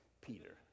Peter